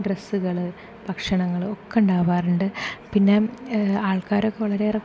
ഡ്രെസ്സുകൾ ഭഷണങ്ങൾ ഒക്കെ ഉണ്ടാകാറുണ്ട് പിന്നെ ആൾക്കാരൊക്കെ വളരെയേറെ